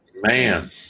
Man